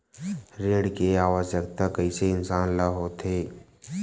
ऋण के आवश्कता कइसे इंसान ला होथे?